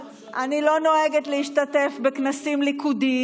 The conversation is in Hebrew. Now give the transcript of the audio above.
עם כל הכבוד, אני לא לוקחת ממך שיעורים בגינויים.